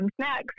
snacks